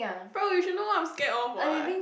but you should know what I'm scared of what